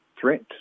threat